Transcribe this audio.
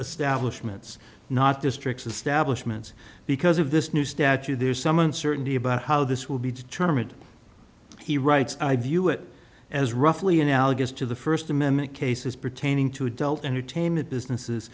establishment not districts establishment because of this new statute there is some uncertainty about how this will be determined he writes i view it as roughly analogous to the first amendment cases pertaining to adult entertainment businesses